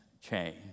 change